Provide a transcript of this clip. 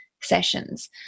sessions